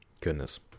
Goodness